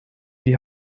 die